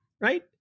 right